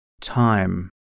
time